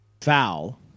foul